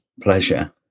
pleasure